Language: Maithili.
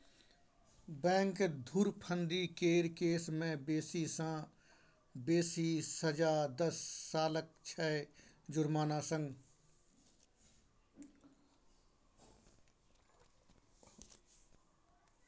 बैंक धुरफंदी केर केस मे बेसी सँ बेसी सजा दस सालक छै जुर्माना संग